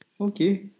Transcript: Okay